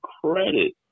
credit